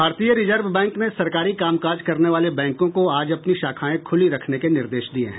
भारतीय reserve bank ने सरकारी कामकाज करने वाले बैंकों को आज अपनी शाखाएं खूली रखने के निर्देश दिये हैं